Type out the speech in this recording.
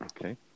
Okay